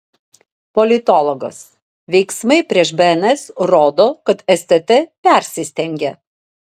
politologas veiksmai prieš bns rodo kad stt persistengė